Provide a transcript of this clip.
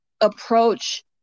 approach